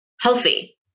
healthy